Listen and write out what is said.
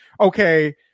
okay